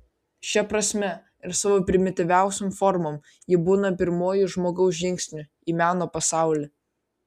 šia prasme ir savo primityviausiom formom ji būna pirmuoju žmogaus žingsniu į meno pasaulį